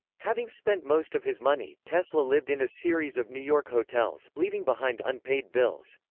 having spent most of his money, tesla lived in a series of new york hotels, leaving behind unpaid bills.